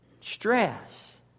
stress